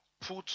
put